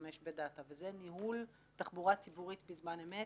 להשתמש בדאטה וזה ניהול תחבורה ציבורית בזמן אמת,